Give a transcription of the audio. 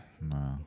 No